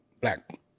black